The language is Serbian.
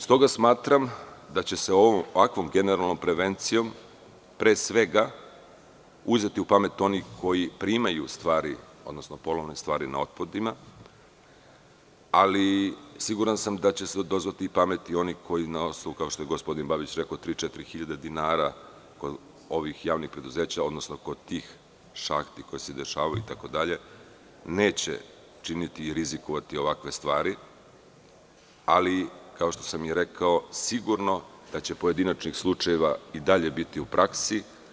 Smatram da će se ovakvom prevencijom pre svega uzeti u pamet oni koji primaju polovne stvari na otpadima, ali siguran sam da će se dozvati pameti i onaj koji, kao što je gospodin Babić rekao, za tri, četiri hiljade dinara kod ovih javnih preduzeća, odnosno kod tih šahti koje se dešavaju itd, neće činiti i rizikovati ovakve stvari, ali, kao što sam rekao, sigurno je da će pojedinačnih slučajeva i dalje biti u praksi.